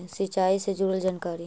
सिंचाई से जुड़ल जानकारी?